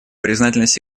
признательность